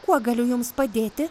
kuo galiu jums padėti